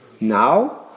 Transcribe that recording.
now